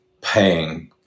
paying